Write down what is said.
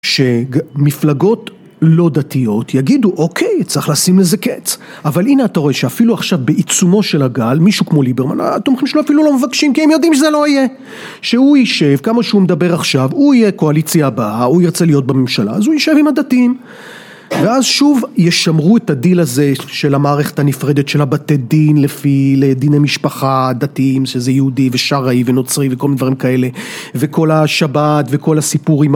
שמפלגות לא דתיות יגידו, אוקיי, צריך לשים לזה קץ. אבל הנה, אתה רואה שאפילו עכשיו בעיצומו של הגל, מישהו כמו ליברמן, התומכים שלו אפילו לא מבקשים כי הם יודעים שזה לא יהיה. שהוא יישב, כמה שהוא מדבר עכשיו, הוא יהיה קואליציה הבאה, הוא ירצה להיות בממשלה, אז הוא יישב עם הדתיים. ואז שוב ישמרו את הדיל הזה של המערכת הנפרדת של הבתי דין לפי דיני משפחה, הדתיים, שזה יהודי ושראי ונוצרי וכל מיני דברים כאלה, וכל השבת וכל הסיפורים.